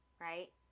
Right